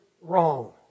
wrong